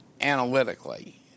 analytically